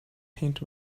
paint